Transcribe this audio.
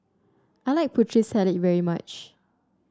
I like Putri Salad very much